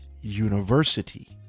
university